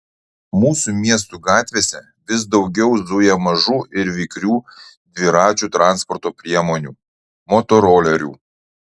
mūsų miestų gatvėse vis daugiau zuja mažų ir vikrių dviračių transporto priemonių motorolerių